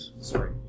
Sorry